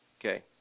okay